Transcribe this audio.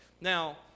Now